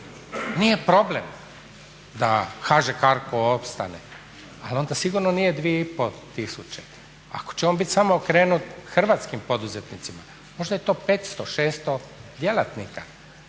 nije problem da HŽ CARGO ostane ali onda sigurno nije 2,5 tisuće. Ako će on biti samo okrenut hrvatskim poduzetnicima, možda je to 500, 600 djelatnika